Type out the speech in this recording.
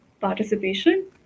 participation